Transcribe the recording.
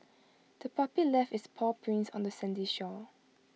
the puppy left its paw prints on the sandy shore